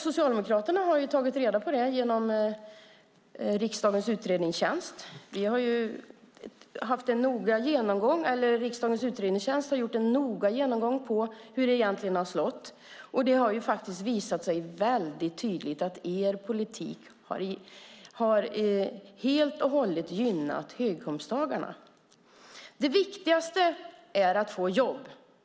Socialdemokraterna har tagit reda på det genom riksdagens utredningstjänst. Riksdagens utredningstjänst har gjort en noga genomgång av hur det egentligen har slagit. Det har visat sig tydligt att er politik helt och hållet har gynnat höginkomsttagarna. Det viktigaste är att få jobb.